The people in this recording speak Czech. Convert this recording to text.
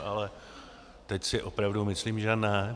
Ale teď si opravdu myslím že ne.